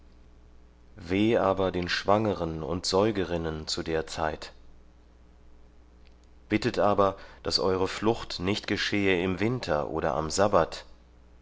weh aber den schwangeren und säugerinnen zu der zeit bittet aber daß eure flucht nicht geschehe im winter oder am sabbat